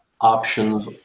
options